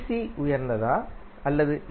C உயர்ந்ததா அல்லது ஏ